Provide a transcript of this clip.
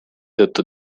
tõttu